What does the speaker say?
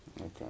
Okay